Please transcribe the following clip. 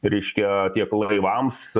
reiškia tiek laivams